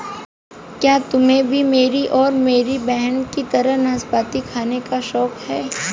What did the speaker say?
क्या तुम्हे भी मेरी और मेरी बहन की तरह नाशपाती खाने का शौक है?